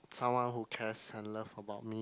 someone who cares and love about me